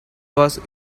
was